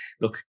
look